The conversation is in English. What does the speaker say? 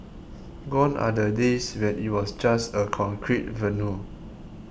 gone are the days when it was just a concrete venue